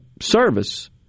service